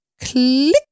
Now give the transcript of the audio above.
click